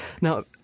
now